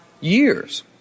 years